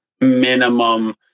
minimum